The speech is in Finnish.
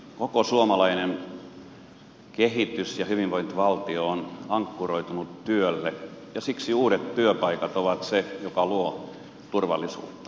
koko suomalainen kehitys ja hyvinvointivaltio on ankkuroitunut työlle ja siksi uudet työpaikat ovat se joka luo turvallisuutta